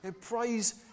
Praise